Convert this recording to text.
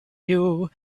you